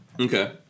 okay